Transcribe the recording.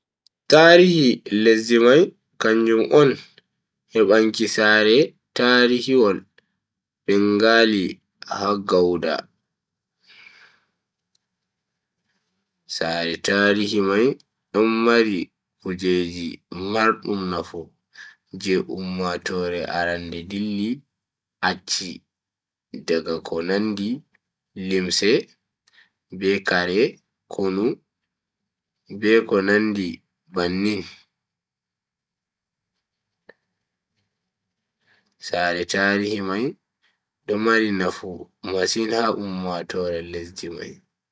Tarihi lesdi mai kanjum on hebanki sare tarihol bengali ha gauda. sare tarihi mai don mari kujeji mardum nafu je ummatoore arande dilli acchi daga ko nandi limse be Kare konu be ko nandi bannin. sare tarihi mai do mari nafu masin ha ummatoore lesdi mai.